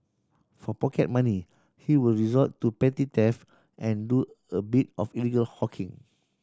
for pocket money he would resort to petty theft and do a bit of illegal hawking